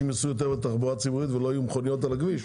ייסעו יותר בתחבורה ציבורית ולא יהיו מכוניות על הכביש.